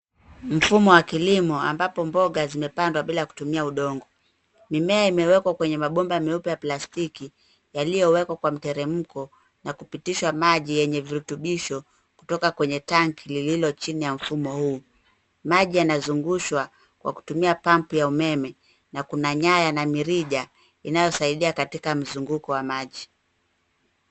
Mfumo wa kilimo ambapo mboga zimepandwa bila kutumia udongo. Mimea imewekwa kwenye mabomba meupe ya plastiki yaliyowekwa kwa mteremko na kupitisha maji yenye virutubisho kutoka kwenye tanki lililo chini ya mfumo huu. Maji yanazungushwa kwa kutumia pampu ya umeme na kuna nyaya na mirija inayosaidia katika mzunguko wa maji.